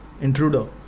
Intruder